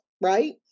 right